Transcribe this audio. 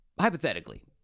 Hypothetically